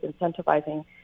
incentivizing